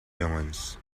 jongens